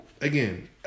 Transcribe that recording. again